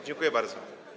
Dziękuję bardzo.